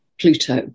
Pluto